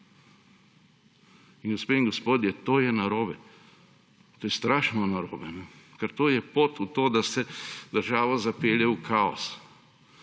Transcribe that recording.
In gospe in gospodje, to je narobe. To je strašno narobe, ker to je pot v to, da se državo zapelje v kaos.